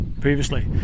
...previously